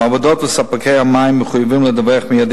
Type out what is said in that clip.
המעבדות וספקי המים מחויבים לדווח מייד